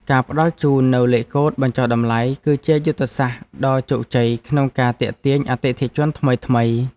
ការផ្ដល់ជូននូវលេខកូដបញ្ចុះតម្លៃ គឺជាយុទ្ធសាស្ត្រដ៏ជោគជ័យក្នុងការទាក់ទាញអតិថិជនថ្មីៗ។